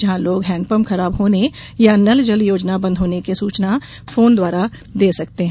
जहां लोग हैंडपंप खराब होने या नल जल योजना बेद होने की सूचना फोन जरिए दे सकते हैं